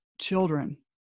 children